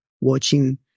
watching